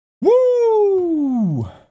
Woo